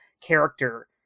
character